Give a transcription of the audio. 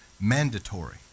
mandatory